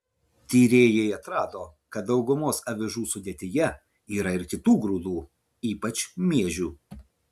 tyrėjai atrado kad daugumos avižų sudėtyje yra ir kitų grūdų ypač miežių